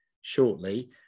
shortly